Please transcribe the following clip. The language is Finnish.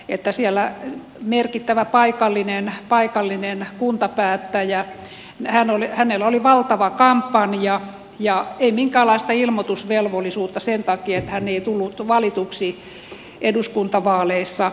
pitäisi olla rovaniemeltä siitä että siellä merkittävällä paikallisella kuntapäättäjällä oli valtava kampanja eikä minkäänlaista ilmoitusvelvollisuutta sen takia että hän ei tullut valituksi eduskuntavaaleissa